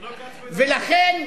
לכן,